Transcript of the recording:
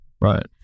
Right